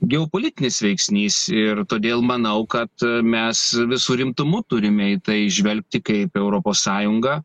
geopolitinis veiksnys ir todėl manau kad mes visu rimtumu turime į tai žvelgti kaip europos sąjunga